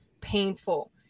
painful